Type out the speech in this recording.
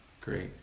Great